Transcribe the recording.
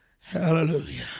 Hallelujah